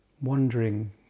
wandering